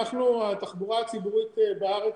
התחבורה הציבורית בארץ